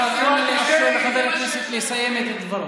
סגן השר, נא לאפשר לחבר הכנסת לסיים את דברו.